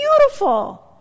beautiful